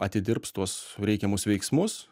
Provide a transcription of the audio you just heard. atidirbs tuos reikiamus veiksmus